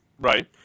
Right